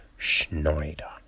Schneider